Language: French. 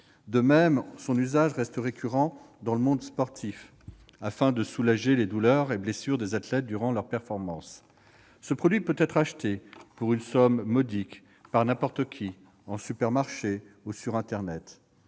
De même, son usage reste récurrent dans le monde sportif, afin de soulager les douleurs et les blessures des athlètes durant leurs performances. Ce produit peut être acheté, pour une somme modique, par n'importe qui, en supermarché ou sur internet.